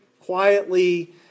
quietly